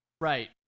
Right